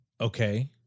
Okay